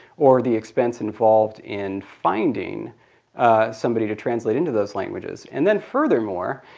or the expense involved in finding somebody to translate into those languages. and then furthermore,